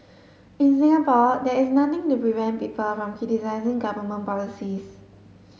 in Singapore there is nothing to prevent people from criticising government policies